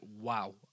Wow